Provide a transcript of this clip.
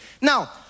Now